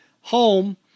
home